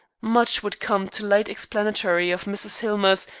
much would come to light explanatory of mrs. hillmer's,